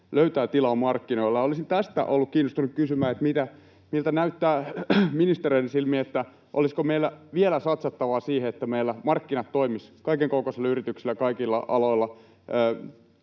löytää tilaa markkinoilla. Olisin tästä ollut kiinnostunut kysymään, miltä näyttää ministereiden silmin: olisiko meillä vielä satsattavaa siihen, että meillä markkinat toimisivat kaikenkokoisille yrityksille ja kaikilla aloilla